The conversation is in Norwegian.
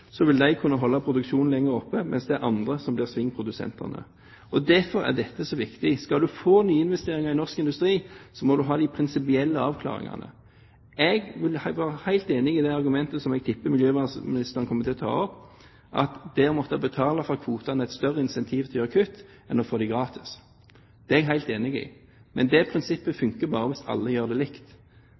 så viktig. Skal du få nyinvesteringer i norsk industri, må du ha de prinsipielle avklaringene. Jeg vil være helt enig i det argumentet som jeg tipper miljøvernministeren vil komme med, at det å måtte betale for kvotene er et større incentiv til å foreta kutt enn å få dem gratis. Det er jeg helt enig i. Men det prinsippet funker bare hvis alle gjør det likt.